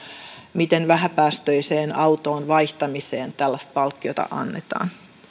miten vähäpäästöiseen autoon vaihtamiseen tällaista palkkiota annetaan